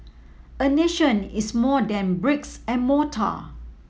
a nation is more than bricks and mortar